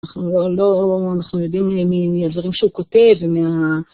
אנחנו לא, לא... אנחנו יודעים מהדברים שהוא כותב ומה...